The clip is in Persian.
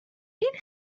این